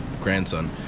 grandson